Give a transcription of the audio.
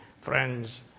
Friends